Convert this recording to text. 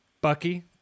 Bucky